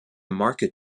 market